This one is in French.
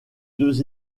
deux